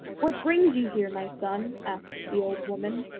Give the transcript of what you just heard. what brings you here, my son asked the old woman.